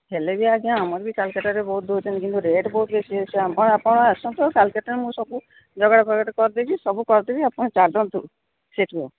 ହେଲେ ବି ଆଜ୍ଞା ଆମର ବି କାଲକାଟାରେ ବହୁତ ଦେଉଛନ୍ତି କିନ୍ତୁ ରେଟ୍ ବହୁତ ବେଶୀ ହେଉଛି ଆପଣ ଆସନ୍ତୁ କାଲକାଟାରେ ମୁଁ ସବୁ ଯୋଗାଡ ଫୋଗାଡ଼ କରିଦେବି ସବୁ କରିଦେବି ଆପଣ ଚାଲନ୍ତୁ ସେଇଠୁ